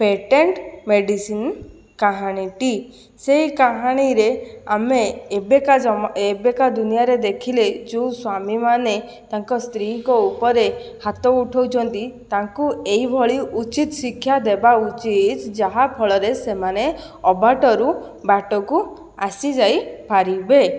patent medicine କାହାଣୀଟି ସେହି କାହାଣୀରେ ଆମେ ଏବେକା ଜମା ଏବେକା ଦୁନିଆରେ ଦେଖିଲେ ଯେଉଁ ସ୍ଵାମୀମାନେ ତାଙ୍କ ସ୍ତ୍ରୀଙ୍କ ଉପରେ ହାତ ଉଠାଉଛନ୍ତି ତାଙ୍କୁ ଏହିଭଳି ଉଚିତ ଶିକ୍ଷା ଦେବା ଉଚିତ ଯାହାଫଳରେ ସେମାନେ ଅବାଟରୁ ବାଟକୁ ଆସିଯାଇ ପାରିବେ